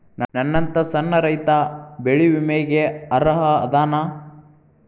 ನನ್ನಂತ ಸಣ್ಣ ರೈತಾ ಬೆಳಿ ವಿಮೆಗೆ ಅರ್ಹ ಅದನಾ?